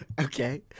Okay